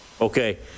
Okay